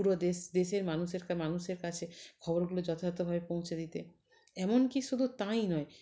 পুরো দেশ দেশের মানুষের কা মানুষের কাছে খবরগুলো যথাযথভাবে পৌঁছে দিতে এমনকি শুধু তাই নয়